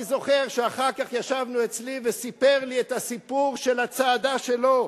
אני זוכר שאחר כך ישבנו אצלי והוא סיפר לי את הסיפור של הצעדה שלו.